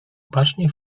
bacznie